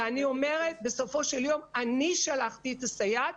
ואני אומרת, בסופו של יום אני שלחתי את הסייעת.